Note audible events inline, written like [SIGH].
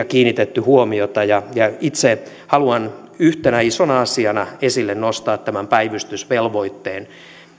[UNINTELLIGIBLE] kiinnitetty huomiota itse haluan yhtenä isona asiana esille nostaa tämän päivystysvelvoitteen